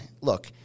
Look